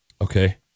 Okay